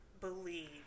believe